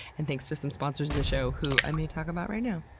and thanks to some sponsors of the show, who i may talk about right now.